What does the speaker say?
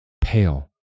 pale